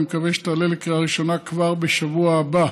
ואני מקווה שתעלה לקריאה ראשונה כבר בשבוע הבא.